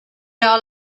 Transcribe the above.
all